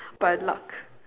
by luck